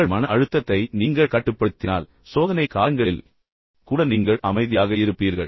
உங்கள் மன அழுத்தத்தை நீங்கள் கட்டுப்படுத்தினால் சோதனை காலங்களில் கூட நீங்கள் அமைதியாக இருப்பீர்கள்